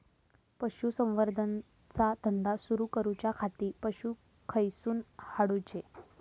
पशुसंवर्धन चा धंदा सुरू करूच्या खाती पशू खईसून हाडूचे?